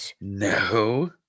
No